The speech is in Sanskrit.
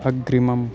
अग्रिमम्